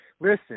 Listen